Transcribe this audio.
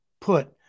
put